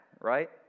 right